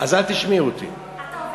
אתה כן.